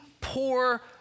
poor